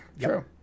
True